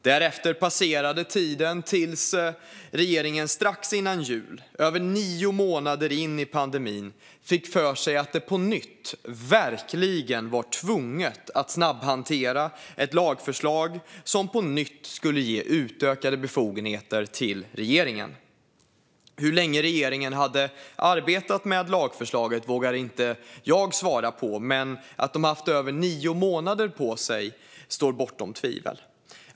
Därefter passerade tiden tills regeringen strax innan jul, över nio månader in i pandemin, fick för sig att det på nytt verkligen var tvunget att snabbhantera ett lagförslag som på nytt skulle ge utökade befogenheter till regeringen. Hur länge regeringen hade arbetat med lagförslaget vågar jag inte svara på, men att den haft över nio månader på sig står bortom tvivel.